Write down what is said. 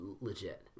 legit